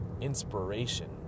inspiration